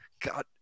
god